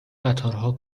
قطارها